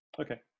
okay